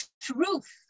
truth